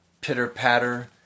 pitter-patter